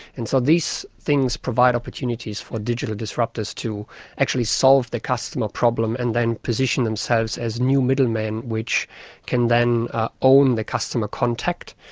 and so these things provide opportunities for digital disruptors to actually solve the customer problem and then position themselves as new middlemen, which can then own the customer contact,